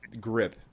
grip